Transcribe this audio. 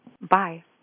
Bye